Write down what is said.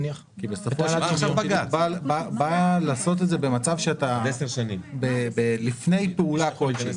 אתה בא לעשות את זה במצב שאתה לפני פעולה כלשהי.